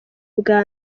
bwa